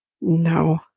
no